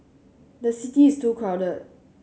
the city is too crowded